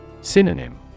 Synonym